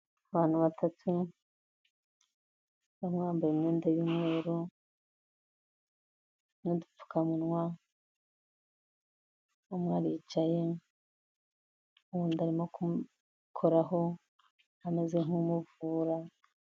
Abantu batatu umwe yambaye imyenda y’umweru n’udupfukamunwa, umwe aricaye, undi arimo kumukoraho ameze nk'umuvura.